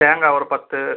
தேங்காய் ஒரு பத்து